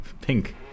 Pink